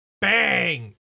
Bang